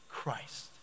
Christ